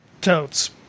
totes